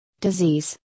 disease